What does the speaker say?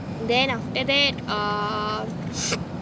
then after that uh